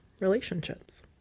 relationships